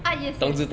ah yes yes